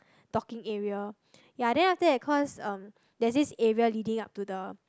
docking area ya then after that cause um there's this area leading up to the